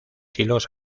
hilos